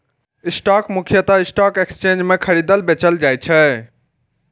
stock मुख्यतः stock exchange मे खरीदल, बेचल जाइ छै